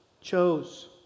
chose